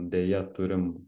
deja turim